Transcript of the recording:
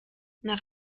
nach